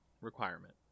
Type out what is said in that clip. requirement